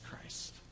Christ